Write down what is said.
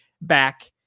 back